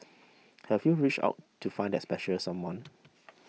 have you reached out to find that special someone